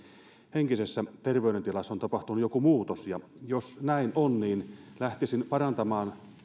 henkisessä terveydentilassa on tapahtunut jokin muutos ja jos näin on niin lähtisin parantamaan